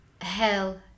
Hell